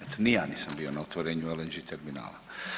Eto, ni ja nisam bio na otvorenju LNG terminala.